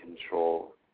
control